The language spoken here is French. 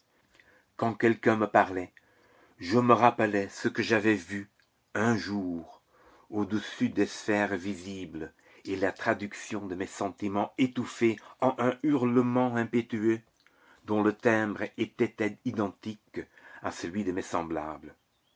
quand quelqu'un me parlait je me rappelais ce que j'avais vu un jour au-dessus des sphères visibles et la traduction de mes sentiments étouffés en un hurlement impétueux dont le timbre était identique à celui de mes semblables